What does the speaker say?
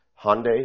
Hyundai